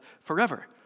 forever